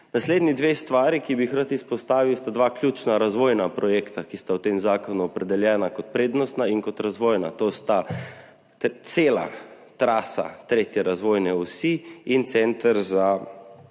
Naslednji dve stvari, ki bi jih rad izpostavil, sta dva ključna razvojna projekta, ki sta v tem zakonu opredeljena kot prednostna in kot razvojna, to sta cela trasa tretje razvojne osi in center za